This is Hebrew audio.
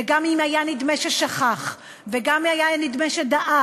וגם אם היה נדמה ששכך, וגם אם היה נדמה שדעך,